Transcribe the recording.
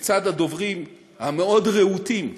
מצד הדוברים הרהוטים מאוד,